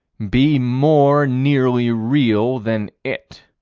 be more nearly real than it.